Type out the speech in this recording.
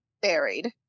buried